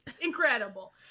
incredible